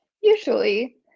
Usually